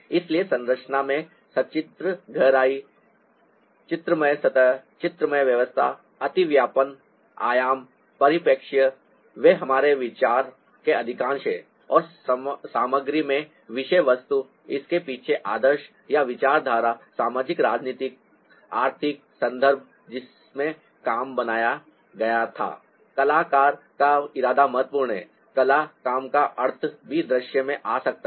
इसलिए संरचना में सचित्र गहराई चित्रमय सतह चित्रमय व्यवस्था अतिव्यापन आयाम परिप्रेक्ष्य वे हमारे विचार के अधिकांश हैं और सामग्री में विषय वस्तु इसके पीछे आदर्श या विचारधारा सामाजिक राजनीतिक आर्थिक संदर्भ जिसमें काम बनाया गया था कलाकार का इरादा महत्वपूर्ण है कला काम का अर्थ भी दृश्य में आ सकता है